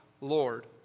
Lord